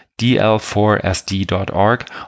dl4sd.org